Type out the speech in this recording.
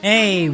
Hey